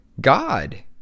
god